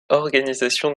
organisation